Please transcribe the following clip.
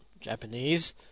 Japanese